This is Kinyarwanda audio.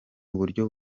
uburyo